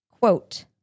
quote